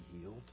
healed